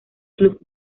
club